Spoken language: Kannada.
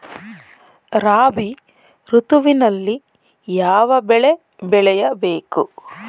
ರಾಬಿ ಋತುವಿನಲ್ಲಿ ಯಾವ ಬೆಳೆ ಬೆಳೆಯ ಬೇಕು?